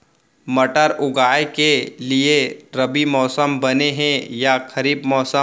मटर उगाए के लिए रबि मौसम बने हे या खरीफ मौसम?